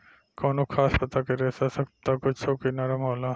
कवनो खास पता के रेसा सख्त त कुछो के नरम होला